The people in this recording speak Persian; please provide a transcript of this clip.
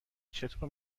چطور